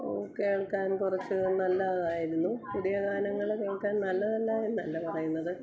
കേള്ക്കാന് കുറച്ച് നല്ലതായിരുന്നു പുതിയ ഗാനങ്ങള് കേള്ക്കാന് നല്ലതല്ല എന്നല്ല പറയുന്നത്